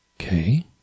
Okay